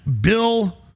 Bill